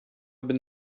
bin